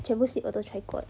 全部 seat 我都 try 过了